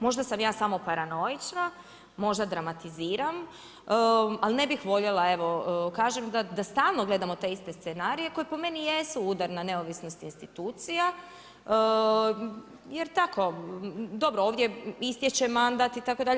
Možda sam ja samo paranoična, možda dramatiziram, ali ne bih voljela, evo, kažem da stalno gledamo te iste scenarije, koje po meni jesu udar na neovisnost institucija, jer tako, dobro ovdje istječe mandat itd.